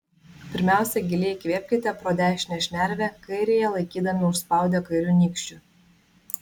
pirmiausia giliai įkvėpkite pro dešinę šnervę kairiąją laikydami užspaudę kairiu nykščiu